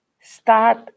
start